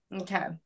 okay